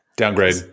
Downgrade